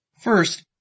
First